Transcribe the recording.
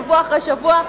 שבוע אחר שבוע,